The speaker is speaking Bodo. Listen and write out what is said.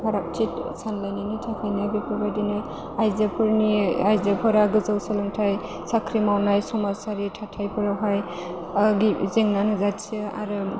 फारागथि सानलायनायनि थाखायनो बेफोरबायदि आइजोफोरनि आइजोफोरा गोजौ सोलोंथाइ साख्रि मावनाय समाजारि थाथायफोरावहाय जेंना नुजाथियो आरो